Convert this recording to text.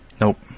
Nope